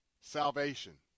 Salvation